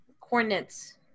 coordinates